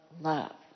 love